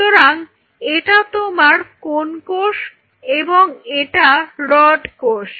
সুতরাং এটা তোমার কোন্ কোষ এবং এটা রড কোষ